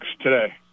today